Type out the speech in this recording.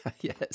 Yes